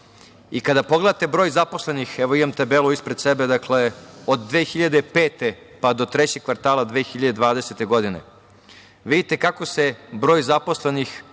Kada pogledate broj zaposlenih, imam tabelu ispred sebe, od 2005. pa do trećeg kvartala 2020. godine, vidite kako je broj zaposlenih